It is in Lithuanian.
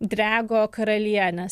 drego karalienės